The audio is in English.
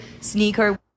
Sneaker